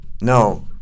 No